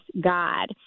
god